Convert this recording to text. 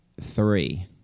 three